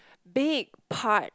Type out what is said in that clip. big part